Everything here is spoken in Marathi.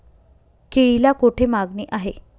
केळीला कोठे मागणी आहे?